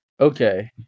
okay